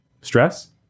stress